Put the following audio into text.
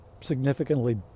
significantly